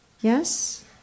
Yes